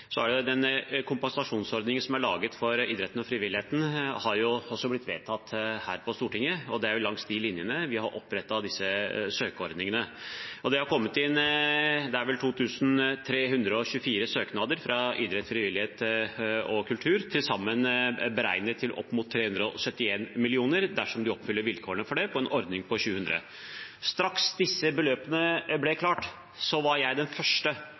Kompensasjonsordningen som er laget for idretten og frivilligheten, har blitt vedtatt her på Stortinget, og det er langs de linjene vi har opprettet disse søkeordningene. Det har kommet inn 2 324 søknader fra idrett, frivillighet og kultur, til sammen beregnet til opp mot 371 mill. kr – dersom de oppfyller vilkårene – til en ordning på 700 mill. kr. Straks beløpene ble klare, var jeg den første